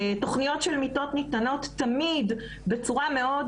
תוכניות של מיטות ניתנות תמיד בצורה מאוד,